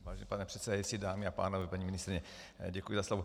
Vážený pane předsedající, dámy a pánové, paní ministryně, děkuji za slovo.